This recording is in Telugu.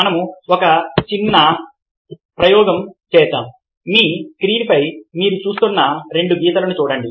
మనం ఒక చిన్న ప్రయోగం చేద్దాం మీ స్క్రీన్పై మీరు చూస్తున్న రెండు గీతలను చూడండి